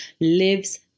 lives